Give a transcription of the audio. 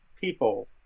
people